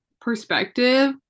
perspective